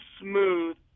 smooth